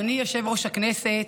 אדוני יושב-ראש הישיבה,